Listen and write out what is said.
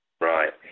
Right